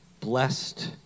Blessed